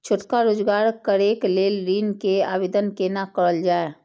छोटका रोजगार करैक लेल ऋण के आवेदन केना करल जाय?